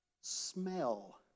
smell